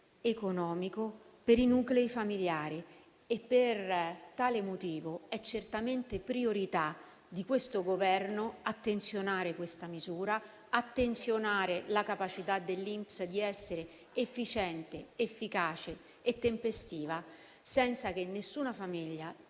economico per i nuclei familiari e per tale motivo è certamente priorità di questo Governo attenzionare questa misura e la capacità dell'INPS di essere efficiente, efficace e tempestivo senza che nessuna famiglia